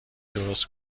درست